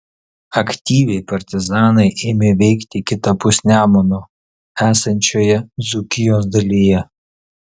aktyviai partizanai ėmė veikti kitapus nemuno esančioje dzūkijos dalyje